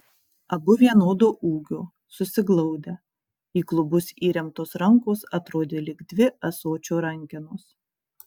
abu vienodo ūgio susiglaudę į klubus įremtos rankos atrodė lyg dvi ąsočio rankenos